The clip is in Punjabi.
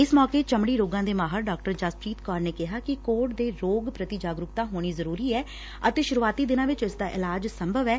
ਇਸ ਮੌਕੇ ਚਮੜੀ ਰੋਗਾ ਦੇ ਮਾਹਿਰ ਡਾ ਜਸਪ੍ਰੀਤ ਕੌਰ ਨੇ ਕਿਹਾ ਕਿ ਕੋਹੜ ਦੇ ਰੋਗ ਪ੍ਰਤੀ ਜਾਗਰੂਕਤਾ ਹੋਣੀ ਜਰੂਰੀ ਹੈ ਅਤੇ ਸੂਰੁਆਤੀ ਦਿਨਾ ਵਿੱਚ ਇਸਦਾ ਇਲਾਜ ਸੰਭਵ ਐ